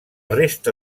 resta